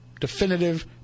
definitive